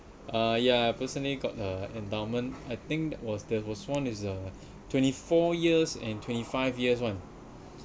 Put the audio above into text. uh yeah personally got uh endowment I think there was there was [one] is uh twenty four years and twenty five years [one]